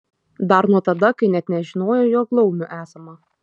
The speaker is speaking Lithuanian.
dar nuo tada kai net nežinojo jog laumių esama